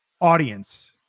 audience